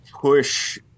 push